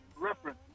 reference